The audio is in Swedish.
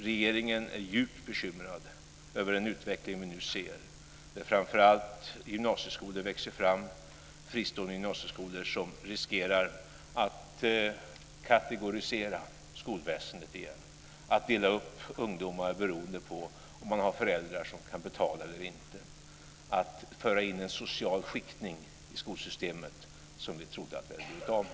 Regeringen är djupt bekymrad över den utveckling vi nu ser, där framför allt fristående gymnasieskolor växer fram som riskerar att kategorisera skolväsendet igen och dela upp ungdomar beroende på om de har föräldrar som kan betala eller inte. Vi riskerar att föra in en social skiktning i skolsystemet som vi trodde att vi hade blivit av med.